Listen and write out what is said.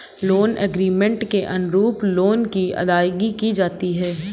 loan agreement के अनुरूप loan की अदायगी की जाती है